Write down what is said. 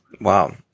Wow